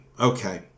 Okay